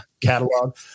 catalog